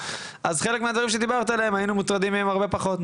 אז חלק מהדברים שדיברת עליהם היינו מוטרדים מהם הרבה פחות,